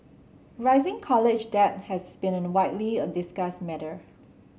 rising college debt has been a widely a discussed matter